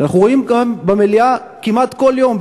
שאנחנו רואים גם במליאה כמעט כל יום,